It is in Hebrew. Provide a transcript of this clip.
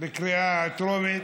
בקריאה טרומית: